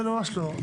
זה ממש לא.